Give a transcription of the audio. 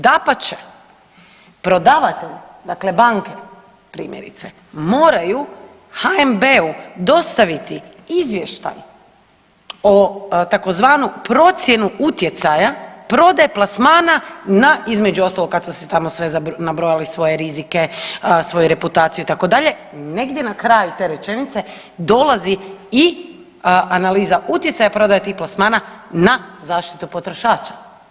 Dapače, prodavatelj, dakle banke primjerice moraju HNB-u dostaviti izvještaj o tzv. procjenu utjecaja prodaje plasmana na između ostaloga kad su si tamo sve nabrojali svoje rizike, svoju reputaciju itd., negdje na kraju te rečenice dolazi i analiza utjecaja prodaje tih plasmana na zaštitu potrošača.